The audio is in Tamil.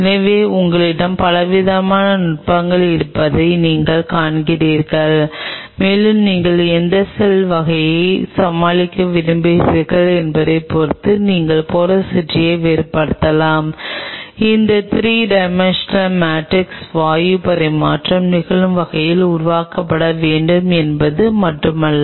எனவே பாலி டி லைசினுடன் மிகக் குறைந்த செறிவு வேலை செய்கிறது மற்றும் அது செயல்படும் விதம் பாலி டி லைசினின் மேற்பரப்பில் இருக்கும் இந்த பாசிட்டிவ் சார்ஜ் என்று நம்பப்படுகிறது இந்த பாசிட்டிவ் பாசிட்டிவ் சார்ஜ் NH 2 குழுக்களிடமிருந்து கிடைக்கிறது